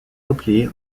repliés